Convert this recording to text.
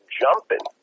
jumping